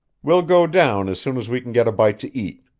we'll go down as soon as we can get a bite to eat.